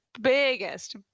biggest